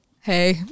Hey